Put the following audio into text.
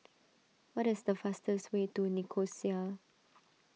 what is the fastest way to Nicosia